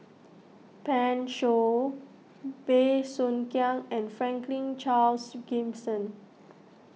Pan Shou Bey Soo Khiang and Franklin Charles Gimson